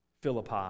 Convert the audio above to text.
Philippi